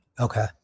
Okay